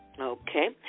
Okay